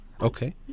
okay